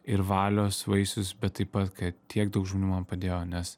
ir valios vaisius bet taip pat kad tiek daug žmonių man padėjo nes